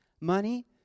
money